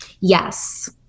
Yes